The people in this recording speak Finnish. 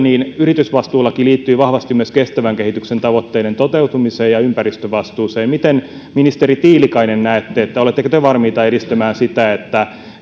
yritysvastuulaki liittyy vahvasti myös kestävän kehityksen tavoitteiden toteutumiseen ja ympäristövastuuseen miten ministeri tiilikainen näette oletteko te valmis edistämään sitä että